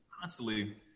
constantly